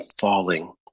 falling